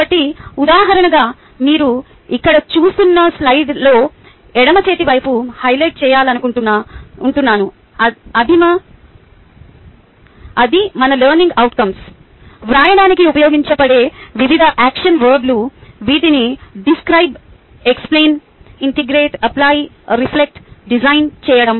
కాబట్టి ఉదాహరణగా మీరు ఇక్కడ చూస్తున్న స్లయిడ్లో ఎడమచేతి వైపు హైలైట్ చేయాలనుకుంటున్నాను అది మన లెర్నింగ్ అవుట్కంస్ వ్రాయడానికి ఉపయోగించే వివిధ యాక్షన్ వర్బ్లు వీటిని డిస్క్రైబ్ ఎక్స్ప్లేన్ ఇంటెగ్రేట్ అప్లైరిఫ్లెక్ట్ మరియు డిజైన్ చేయడం